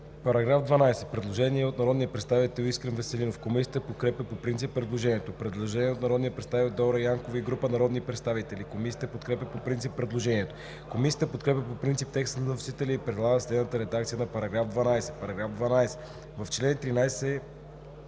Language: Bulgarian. По § 2 има предложение от народния представител Искрен Веселинов. Комисията подкрепя по принцип предложението. Предложение от народния представител Дора Янкова и група народни представители. Комисията подкрепя по принцип предложението. Комисията подкрепя по принцип текста на вносителя и предлага следната редакция на § 2: „§ 2. В чл.